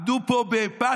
עמדו פה בפתוס,